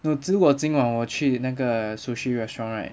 know 今晚今晚我去那个 sushi restaurant right